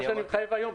זה מה שמתחייב היום,